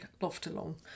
loftalong